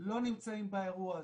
לא נמצאים באירוע הזה.